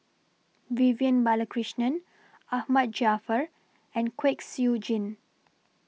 Vivian Balakrishnan Ahmad Jaafar and Kwek Siew Jin